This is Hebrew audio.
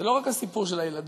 זה לא רק הסיפור של הילדות,